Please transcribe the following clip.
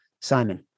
Simon